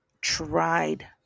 tried